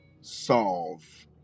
solve